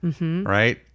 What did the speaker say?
right